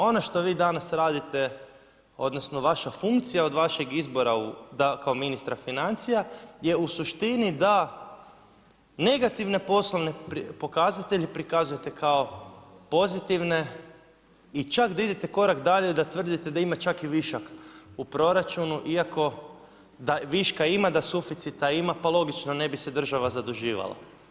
Ono što vi danas radite, odnosno vaša funkcija od vašeg izbora kao ministra financija je u suštini da negativne poslovne pokazatelje prikazujete kao pozitivne i čak da idete korak dalje, da tvrdite da ima čak i višak u proračunu, iako viška ima, da suficita ima, pa logično ne bi se država zaduživala.